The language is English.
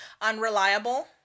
Unreliable